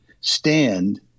stand